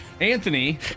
Anthony